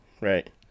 right